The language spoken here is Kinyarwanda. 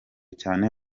cyane